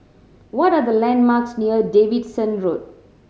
what are the landmarks near Davidson Road